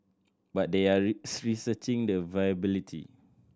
but they are researching the viability